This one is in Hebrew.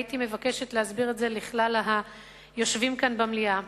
והייתי מבקשת להסביר את זה לכלל היושבים כאן במליאה.